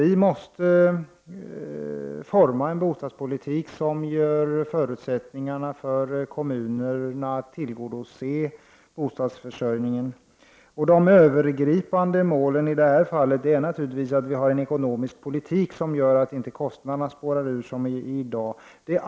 Vi måste forma en bostadspolitik som ger kommunerna förutsättningar att tillgodose behovet av bostäder. Det övergripande målet måste naturligtvis vara att vi för en ekonomisk politik som gör att kostnaderna inte springer i höjden som de gör i dag.